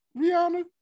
Rihanna